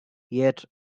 yet